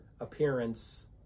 appearance